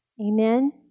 Amen